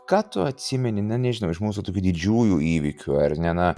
ką tu atsimeni na nežinau iš mūsų tokių didžiųjų įvykių ar ne na